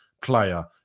player